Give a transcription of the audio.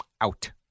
Out